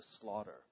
slaughter